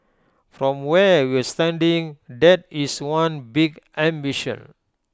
from where we're standing that is one big ambition